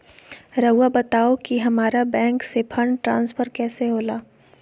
राउआ बताओ कि हामारा बैंक से फंड ट्रांसफर कैसे होला?